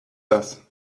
das